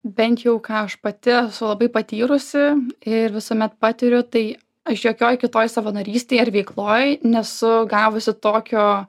bent jau ką aš pati esu labai patyrusi ir visuomet patiriu tai aš jokioj kitoj savanorystėj ar veikloj nesu gavusi tokio